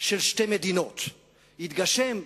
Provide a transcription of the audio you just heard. של שתי מדינות יתגשם,